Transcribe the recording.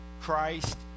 Christ